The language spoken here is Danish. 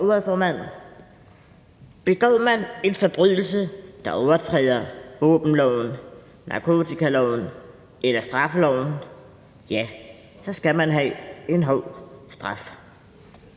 Begår man en forbrydelse, hvor man overtræder våbenloven, narkotikaloven eller straffeloven, så skal man have en hård straf.